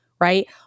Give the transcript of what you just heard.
right